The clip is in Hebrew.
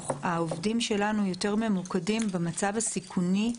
העובדים שלנו יותר ממוקדים במצב הסיכוני,